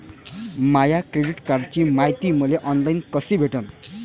माया credit कार्डची मायती मले ऑनलाईन कसी भेटन?